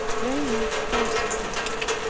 very much persecuted.